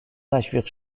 تشویق